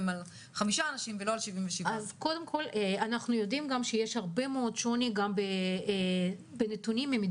אנחנו צריכים אנשים שיענו לטלפונים,